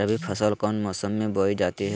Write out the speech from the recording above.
रबी फसल कौन मौसम में बोई जाती है?